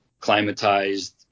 climatized